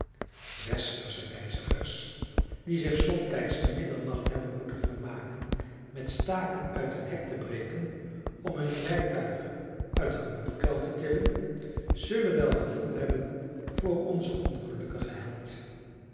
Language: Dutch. westersche reizigers die zich somtijds te middernacht hebben moeten vermaken met staken uit een hek te breken om hun rijtuig uit een modderkuil te tillen zullen wel gevoel hebben voor onzen ongelukkigen held